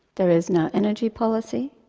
there is no energy policy.